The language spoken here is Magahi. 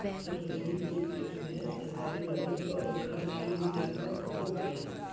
सावर्जनिक वित्त मे सरकारी राजस्व और खर्च के मूल्यांकन होवो हय